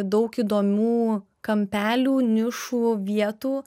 daug įdomių kampelių nišų vietų